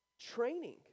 training